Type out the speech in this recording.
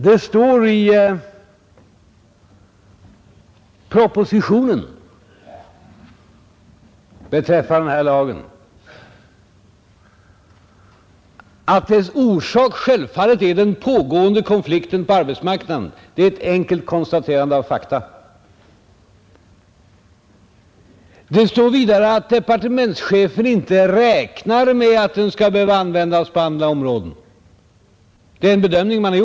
Det står i propositionen beträffande den här lagen att dess orsak självfallet är den pågående konflikten på arbetsmarknaden — det är ett enkelt konstaterande av fakta. Det står vidare att departementschefen inte räknar med att den skall behöva användas på andra områden.